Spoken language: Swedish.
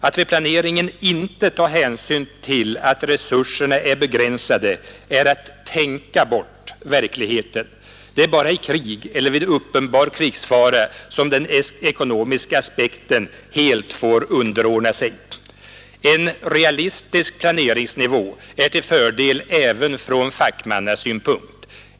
Att vid planeringen inte ta hänsyn till att resurserna är begränsade, är att tänka bort verkligheten. Det är bara i krig eller vid uppenbar krigsfara som den ekonomiska aspekten helt får underordna sig. En realistisk planeringsnivå är till fördel även från fackmannasynpunkt.